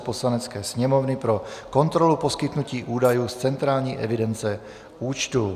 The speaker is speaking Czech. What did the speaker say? Poslanecké sněmovny pro kontrolu poskytnutí údajů z centrální evidence účtů